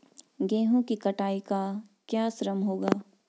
गेहूँ की कटाई का क्या श्रम होगा?